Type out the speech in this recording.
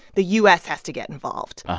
the u s. has to get involved.